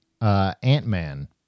Ant-Man